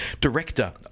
director